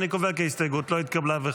אני קובע כי ההסתייגות לא התקבלה.